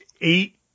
eight